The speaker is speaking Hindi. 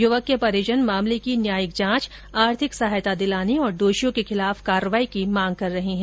युवक के परिजन मामले की न्यायिक जांच आर्थिक सहायता दिलाने और दोषियों के खिलाफ कार्रवाई की मांग कर रहे है